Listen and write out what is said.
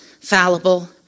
fallible